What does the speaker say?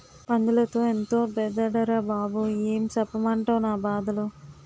పందులతో ఎంతో బెడదరా బాబూ ఏం సెప్పమంటవ్ నా బాధలు